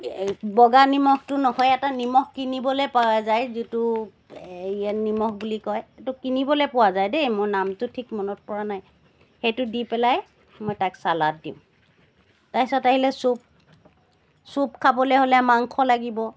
বগা নিমখটো নহয় এটা নিমখ কিনিবলৈ পোৱা যায় যিটো নিমখ বুলি কয় এইটো কিনিবলৈ পোৱা যায় দেই মই নামটো ঠিক মনত পৰা নাই সেইটো দি পেলাই মই তাক ছালাদ দিওঁ তাৰপিছত আহিলে চুপ চুপ খাবলৈ হ'লে মাংস লাগিব